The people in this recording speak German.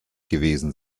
gewesen